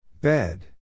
Bed